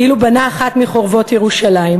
כאילו בנה אחת מחורבות ירושלים".